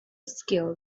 skill